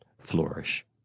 flourish